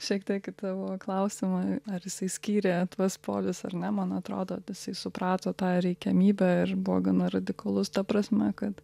šiek tiek į tavo klausimą ar jisai skyrė tuos polius ar ne man atrodo jisai suprato tą reikiamybę ir buvo gana radikalus ta prasme kad